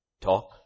talk